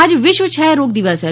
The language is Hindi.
आज विश्व क्षय रोग दिवस है